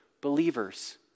believers